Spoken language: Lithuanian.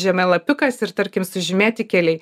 žemėlapiukas ir tarkim sužymėti keliai